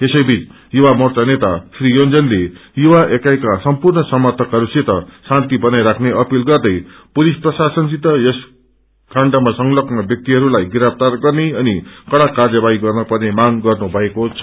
यसैबीच युवा मोर्चा नेता श्री यांजनले युवा इकाईका सम्पूर्ण समर्थकहरू सित शान्ति बनाई राख्ने अपील गर्दैपुलिस प्रशासनिसित यस काण्डमा संलग्न व्याक्तिहरूलाई गिरफ्ता गर्ने अनि कड़ा काय्पवाही गर्न पर्ने मांग गर्नुभएको छ